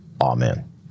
Amen